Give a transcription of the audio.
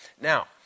Now